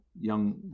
young